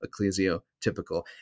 ecclesiotypical